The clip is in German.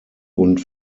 und